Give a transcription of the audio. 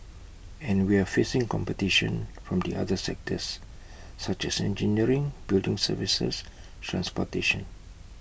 and we're facing competition from the other sectors such as engineering building services transportation